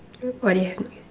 what do you have